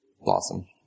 Blossom